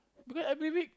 because every week